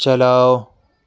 چلاؤ